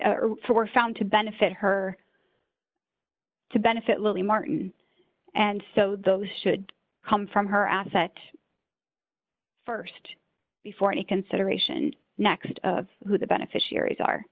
were found to benefit her to benefit lilly martin and so those should come from her asset st before any consideration next of who the beneficiaries are